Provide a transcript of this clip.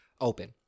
open